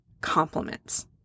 compliments